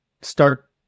start